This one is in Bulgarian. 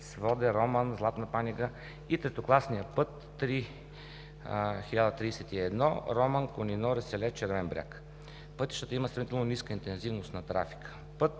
Своде – Роман – Златна Панега и третокласният път 3-1031 – Роман – Кунино - Реселец – Червен бряг, пътищата имат сравнително ниска интензивност на трафика.